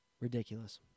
Ridiculous